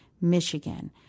Michigan